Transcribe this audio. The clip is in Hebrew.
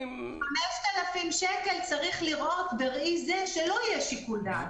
5,000 שקל צריך לראות בראי זה שלא יהיה שיקול דעת.